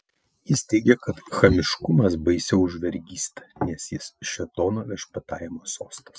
jis teigė kad chamiškumas baisiau už vergystę nes jis šėtono viešpatavimo sostas